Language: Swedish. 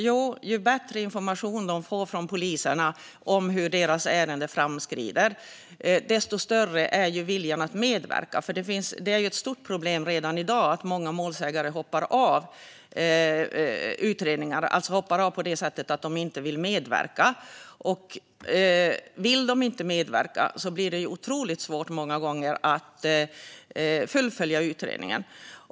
Ju bättre information de får från polisen om hur deras ärenden framskrider, desto större är viljan att medverka. Det är ett stort problem redan i dag att många målsägare hoppar av utredningar. De hoppar alltså av på det sättet att de inte vill medverka. Om de inte vill medverka blir det många gånger otroligt svårt att fullfölja utredningen.